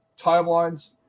timelines